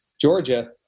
georgia